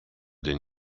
denn